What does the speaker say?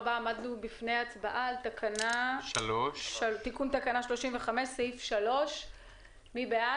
מצביעים על תקנה 3, תיקון תקנה 35. מי בעד?